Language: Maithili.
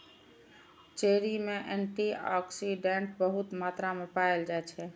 चेरी मे एंटी आक्सिडेंट बहुत मात्रा मे पाएल जाइ छै